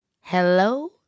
hello